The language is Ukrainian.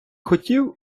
хотів